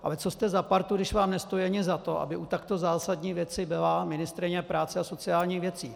Ale co jste za partu, když vám nestojí ani za to, aby u takto zásadní věci byla ministryně práce a sociálních věcí?